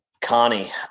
Connie